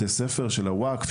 של הווקף,